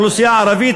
האוכלוסייה הערבית,